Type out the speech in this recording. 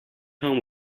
home